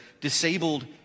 disabled